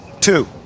Two